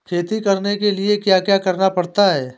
खेती करने के लिए क्या क्या करना पड़ता है?